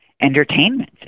entertainment